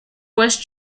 west